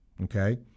Okay